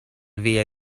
via